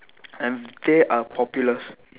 and they are popular